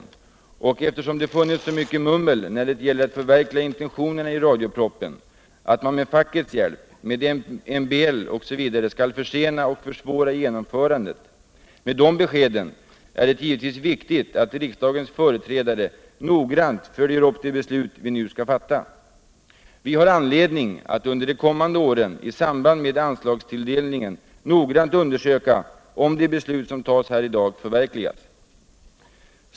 Det är då givetvis viktigt - eftersom det varit så mycket mummel omkring frågan om att förverkliga intentionerna i radiopropositionen; det har sagts att man med fackets hjälp, genom MBL osv., skall försena och försvåra genomförandet — att riksdagens företrädare noggrant följer de beslut vi nu skall fatta. Vi har anledning au under de kommande åren i samband med anslagstilldelningen noggrant undersöka om de beslut som fattas här 1 dag förverkligas.